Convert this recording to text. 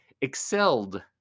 excelled